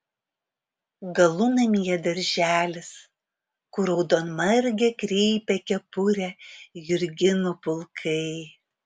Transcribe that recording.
galunamyje darželis kur raudonmargę kreipia kepurę jurginų pulkai